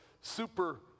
super